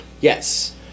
Yes